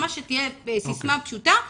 ממש שתהיה סיסמה פשוטה,